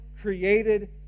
created